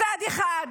מצד אחד,